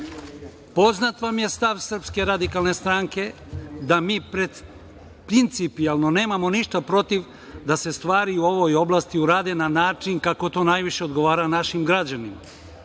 Poznat vam je stav SRS da mi principijelno nemamo ništa protiv da se stvari u ovoj oblasti urade na način kako to najviše odgovara našim građanima.